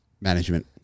Management